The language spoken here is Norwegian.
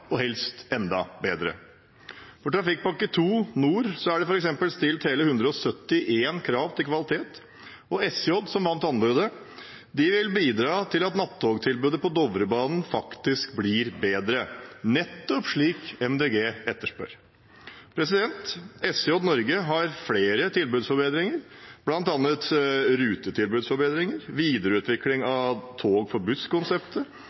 og helst enda bedre. For Trafikkpakke 2 Nord er det f.eks. stilt hele 171 krav til kvalitet, og SJ, som vant anbudet, vil bidra til at nattogtilbudet på Dovrebanen faktisk blir bedre, nettopp slik Miljøpartiet De Grønne etterspør. SJ Norge har flere tilbudsforbedringer, bl.a. rutetilbudsforbedringer, videreutvikling